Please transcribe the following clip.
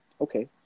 Okay